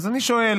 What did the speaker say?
אז אני שואל,